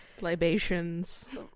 libations